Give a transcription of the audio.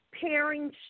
pairing